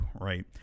right